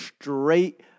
straight